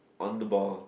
on the ball